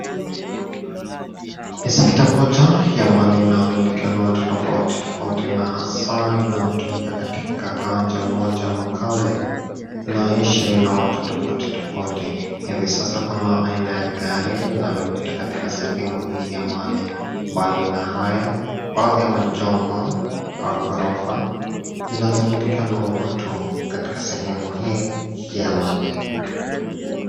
Ni sekta moja ya mali inayomilikiwa na watu tofauti tofauti na hasa inatumika katika kiwanja moja ya makazi inayoishiwa na watu tofauti tofauti. Hivi sasa kuna aina ya gari linalopita katika sehemu hii ya mali. Mbali na hayo, kuna baadhi ya majumba ya ghorofa zinazomilikiwa na watu katika sehemu hii ya mali.